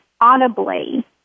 audibly